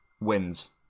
wins